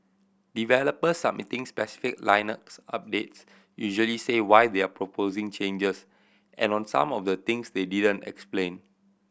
developers submitting specific Linux updates usually say why they're proposing changes and on some of the things they didn't explain